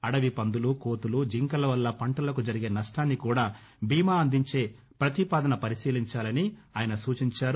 అడవి పందులు కోతులు జింకల వల్ల పంటలకు జరిగే నష్టానికి కూడా బీమా అందించే పతిపాదన పరిశీలించాలని ఆయన సూచించారు